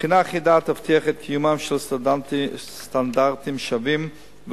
בחינה אחידה תבטיח את קיומם של סטנדרטים שווים,